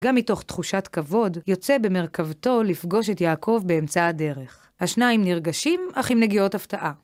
גם מתוך תחושת כבוד, יוצא במרכבתו לפגוש את יעקב באמצע הדרך. השניים נרגשים, אך עם נגיעות הפתעה.